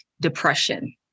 depression